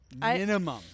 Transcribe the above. minimum